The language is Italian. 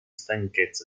stanchezza